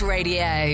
Radio